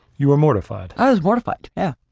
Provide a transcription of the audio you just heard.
you were mortified. i was mortified. yeah.